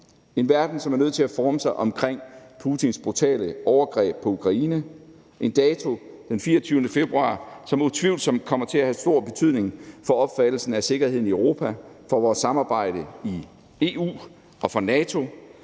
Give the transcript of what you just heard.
en verden, som er nødt til at forme sig omkring Putins brutale overgreb på Ukraine, en dato, den 24. februar, som utvivlsomt kommer til at have stor betydning for opfattelsen af sikkerheden i Europa, for vores samarbejde i EU og for NATO.